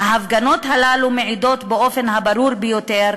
ההפגנות האלה מעידות באופן הברור ביותר